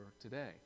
today